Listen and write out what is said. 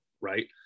right